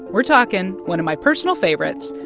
we're talking one of my personal favorites,